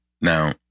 Now